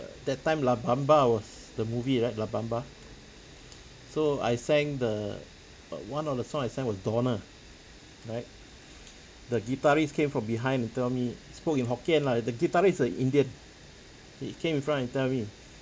that time la bamba was the movie right la bamba so I sang the uh one of the song I sang was donna right the guitarist came from behind and tell me spoke in hokkien lah the guitarist is a indian he came in front and tell me